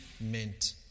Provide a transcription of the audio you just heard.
meant